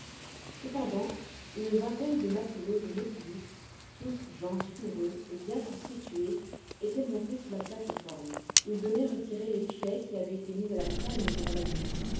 cependant une vingtaine de matelots du nautilus tous gens vigoureux et bien constitues étaient montés sur la plate-forme ils venaient retirer les filets qui avaient été mis à la traîne pendant la nuit